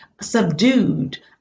subdued